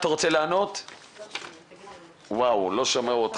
והוא ידע,